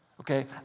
Okay